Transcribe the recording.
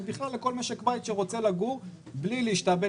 ובכלל לכל משק בית שרוצה לגור בלי להשתעבד